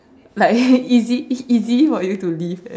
like easy it's easy for you to leave eh